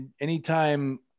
anytime